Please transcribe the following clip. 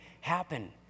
happen